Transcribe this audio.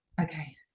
Okay